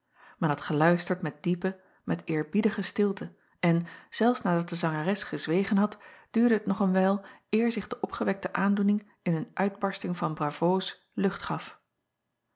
en had geluisterd met diepe met eerbiedige stilte en zelfs nadat de zangeres gezwegen had duurde het nog een wijl eer zich de opgewekte aandoening in een uitbarsting van bravoos lucht gaf